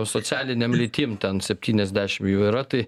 socialinėm lytim ten septyniasdešim jų yra tai